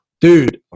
dude